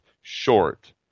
short